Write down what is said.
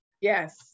yes